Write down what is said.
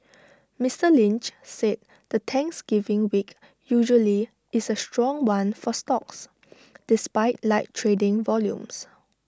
Mister Lynch said the Thanksgiving week usually is A strong one for stocks despite light trading volumes